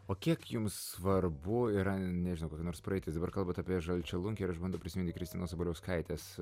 o kiek jums svarbu yra nežinau kokia nors praeitis dabar kalbat apie žalčialunkį ir aš bandau prisiminti kristinos sabaliauskaitės